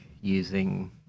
using